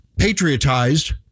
patriotized